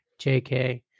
JK